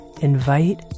invite